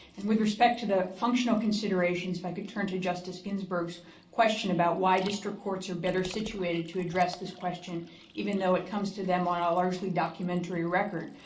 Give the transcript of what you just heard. and with respect to the functional considerations, if i could turn to justice ginsburg's question about why district courts are better situated to address this question even though it comes to them on a largely documentary record,